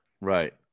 Right